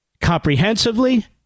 comprehensively